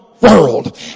world